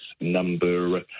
number